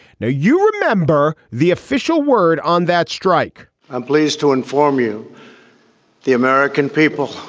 now, you remember the official word on that strike i'm pleased to inform you the american people